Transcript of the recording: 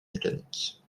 mécaniques